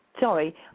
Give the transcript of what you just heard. Sorry